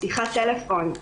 שיחת טלפון,